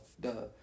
Duh